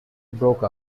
broke